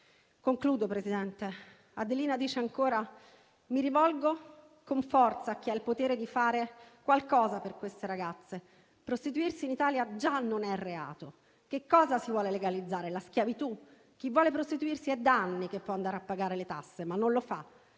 Concludo, Presidente Adelina dice ancora: «Mi rivolgo con forza a chi ha il potere di fare qualcosa per queste ragazze. Prostituirsi in Italia già non è reato. Che cosa si vuole legalizzare? La schiavitù? Chi vuole prostituirsi da danni può andare a pagare le tasse, ma non lo fa.